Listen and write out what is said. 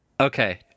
Okay